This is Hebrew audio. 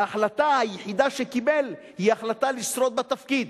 ההחלטה היחידה שקיבל היא החלטה לשרוד בתפקיד,